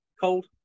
cold